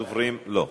הדוברים, לא.